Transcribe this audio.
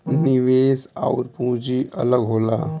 निवेश आउर पूंजी अलग होला